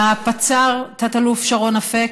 לפצ"ר, תת-אלוף שרון אפק,